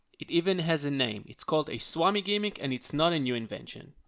it even has a name, it's called a swami gimmick and it's not a new invention.